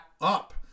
up